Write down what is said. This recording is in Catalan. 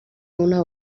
una